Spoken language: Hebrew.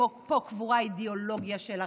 פה קבורה האידיאולוגיה שלכם,